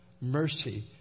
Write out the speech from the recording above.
mercy